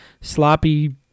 sloppy